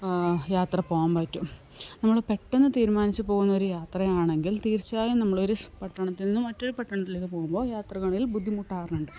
യാത്ര പോവാൻ പറ്റൂ നമ്മള് പെട്ടെന്ന് തീരുമാനിച്ച് പോവുന്നൊരു യാത്രയാണെങ്കിൽ തീർച്ചയായും നമ്മളൊരു പട്ടണത്തിൽ നിന്നും മറ്റൊരു പട്ടണത്തിലേക്ക് പോവുമ്പോൾ യാത്രകളിൽ ബുദ്ധിമുട്ടാറുണ്ട്